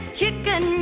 chicken